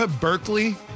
Berkeley